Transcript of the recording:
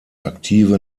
aktive